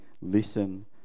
listen